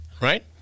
Right